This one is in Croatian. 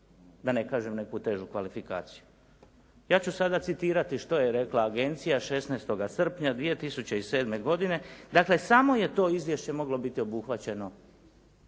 da ne kažem neku težu kvalifikaciju. Ja ću sada citirati što je rekla agencija 16. srpnja 2007. godine, dakle samo je to izvješće moglo biti obuhvaćeno,